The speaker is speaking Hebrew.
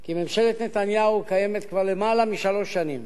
כי ממשלת נתניהו קיימת כבר יותר משלוש שנים.